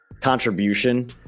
contribution